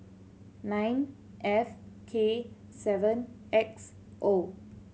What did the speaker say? nine F K seven X O